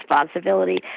responsibility